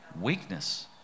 Weakness